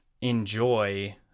enjoy